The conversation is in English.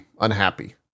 unhappy